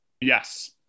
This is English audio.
Yes